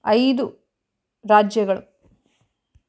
ಐದು ರಾಜ್ಯಗಳು